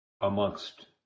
amongst